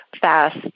fast